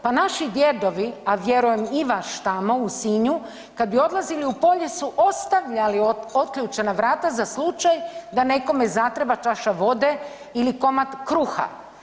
Pa naši djedovi, a vjerujem i vaš tamo u Sinju kada bi odlazili u polje su ostavljali otključana vrata za slučaj da nekome zatreba čaša vode ili komad kruha.